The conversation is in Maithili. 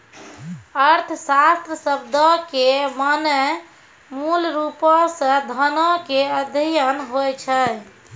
अर्थशास्त्र शब्दो के माने मूलरुपो से धनो के अध्ययन होय छै